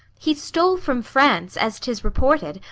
he stole from france, as tis reported,